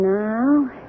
now